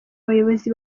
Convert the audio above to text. bayobozi